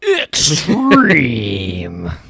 Extreme